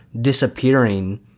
disappearing